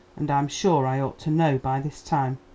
and i'm sure i ought to know by this time.